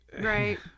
Right